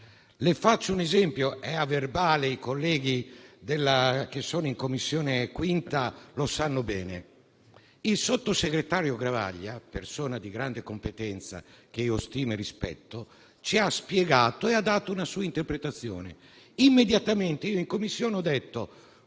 Sì. Faccio un esempio, è nei Resoconti e i colleghi che sono in 5a Commissione lo sanno bene: il sottosegretario Garavaglia, persona di grande competenza che io stimo e rispetto, ci ha spiegato e ha dato una sua interpretazione. Immediatamente in Commissione ho detto